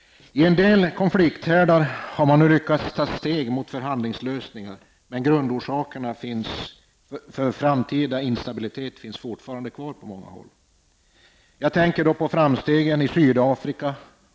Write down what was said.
I en del konflikthärdar har man nu lyckats ta steg mot förhandlingslösningar, men grundorsakerna för framtida instabilitet finns fortfarande kvar på många håll. Jag tänker då på framstegen i Sydafrika.